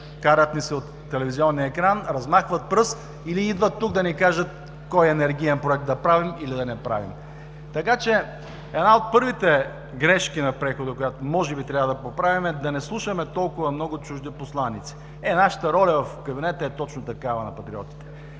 карат ни се от телевизионния екран, размахват пръст или идват тук да ни кажат кой енергиен проект да правим или да не правим. Така че една от първите грешки на прехода, която може би трябва да поправим, е да не слушаме толкова много чужди посланици. Нашата роля в кабинета е точно такава – на „Патриотите“,